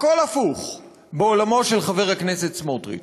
הכול הפוך בעולמו של חבר הכנסת סמוטריץ.